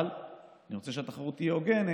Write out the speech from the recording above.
אבל אני רוצה שהתחרות תהיה הוגנת,